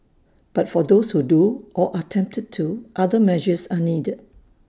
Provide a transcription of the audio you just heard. but for those who do or are tempted to other measures are needed